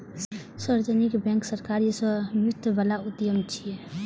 सार्वजनिक बैंक सरकारी स्वामित्व बला उद्यम छियै